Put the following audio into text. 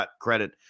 credit